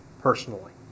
personally